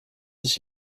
sich